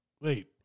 wait